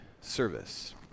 service